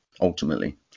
ultimately